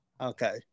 okay